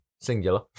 singular